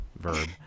verb